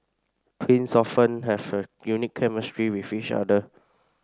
twins often have a unique chemistry with each other